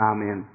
Amen